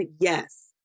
yes